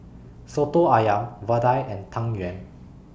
Soto Ayam Vadai and Tang Yuen